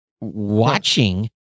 watching